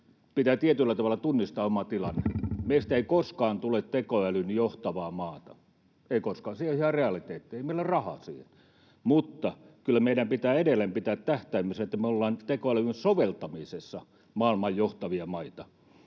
pitää tietyllä tavalla tunnistaa oma tilanne. Meistä ei koskaan tule tekoälyn johtavaa maata, ei koskaan. Se on ihan realiteetti, ei meillä ole rahaa siihen. Mutta kyllä meidän pitää edelleen pitää tähtäimessä, että me ollaan tekoälyn soveltamisessa maailman johtavia maita,